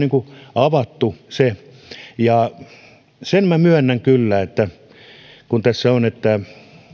avattu se sen minä myönnän kyllä kun tässä on että